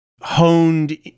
honed